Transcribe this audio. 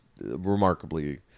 remarkably